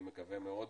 אני מקווה מאוד,